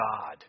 God